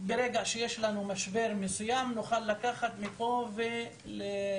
וברגע שיש לנו משבר מסוים נוכל לקחת מפה ולממן.